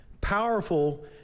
powerful